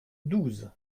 douze